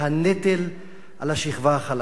הנטל על השכבה החלשה.